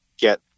get